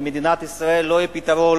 למדינת ישראל לא יהיה פתרון,